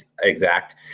exact